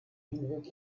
hinweg